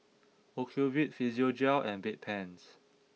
Ocuvite Physiogel and Bedpans